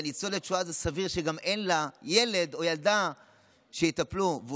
לניצולת שואה גם סביר שאין ילד או ילדה שיטפלו בה,